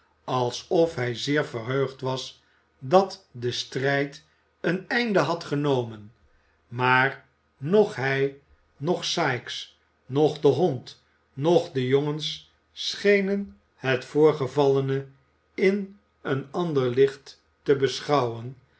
alsof hij zeer verheugd was dat de strijd een einde had genomen maar noch hij noch sikes noch de hond noch de jongens schenen het voorgevallene in een ander licht te beschouwen